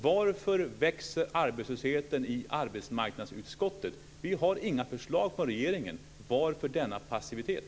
Varför växer arbetslösheten i arbetsmarknadsutskottet? Vi har inga förslag från regeringen. Varför är det denna passivitet?